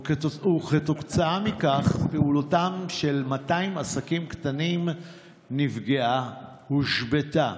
וכתוצאה מכך פעילותם של 200 עסקים קטנים נפגעה או הושבתה.